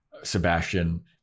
Sebastian